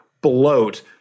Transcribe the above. bloat